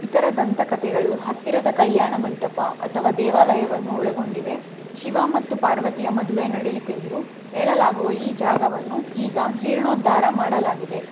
ಇತರ ದಂತಕತೆಗಳು ಹತ್ತಿರದ ಕಲ್ಯಾಣಮಂಟಪ ಅಥವಾ ದೇವಾಲಯವನ್ನು ಒಳಗೊಂಡಿವೆ ಶಿವ ಮತ್ತು ಪಾರ್ವತಿಯ ಮದುವೆ ನಡೆಯಿತೆಂದು ಹೇಳಲಾಗುವ ಈ ಜಾಗವನ್ನು ಈಗ ಜೀರ್ಣೋದ್ಧಾರ ಮಾಡಲಾಗಿದೆ